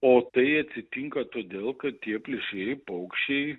o tai atsitinka todėl kad tie plėšrieji paukščiai